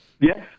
Yes